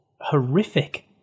horrific